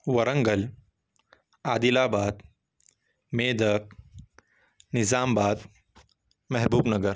Warangal Adilabad Medak Nizamabad Mehboob Nagar